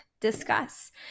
discuss